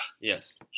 Yes